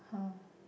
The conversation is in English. [huh]